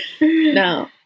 No